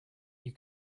you